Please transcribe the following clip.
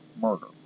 murder